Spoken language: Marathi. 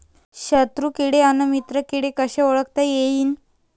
शत्रु किडे अन मित्र किडे कसे ओळखता येईन?